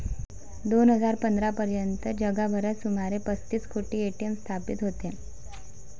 दोन हजार पंधरा पर्यंत जगभरात सुमारे पस्तीस कोटी ए.टी.एम स्थापित होते